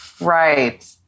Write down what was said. right